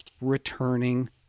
returning